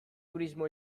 turismo